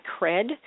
Cred